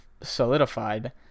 solidified